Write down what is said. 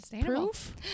proof